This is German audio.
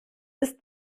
ist